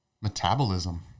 metabolism